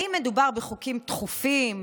האם מדובר בחוקים דחופים?